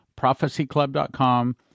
prophecyclub.com